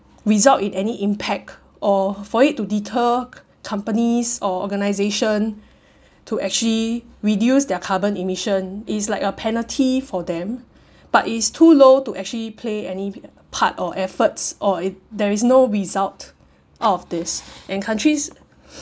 result in any impact or for it to deter companies or organisation to actually reduce their carbon emission it's like a penalty for them but it's too low to actually play any part or efforts or if there is no result out of this and countries